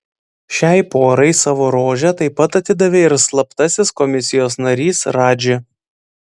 šiai porai savo rožę taip pat atidavė ir slaptasis komisijos narys radži